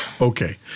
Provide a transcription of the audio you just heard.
Okay